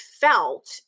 felt